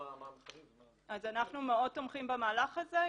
אנחנו מאוד תומכים במהלך הזה.